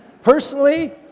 Personally